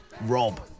rob